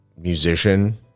musician